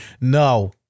no